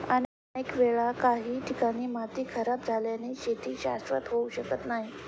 अनेक वेळा काही ठिकाणी माती खराब झाल्याने शेती शाश्वत होऊ शकत नाही